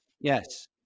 Yes